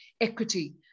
equity